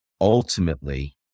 ultimately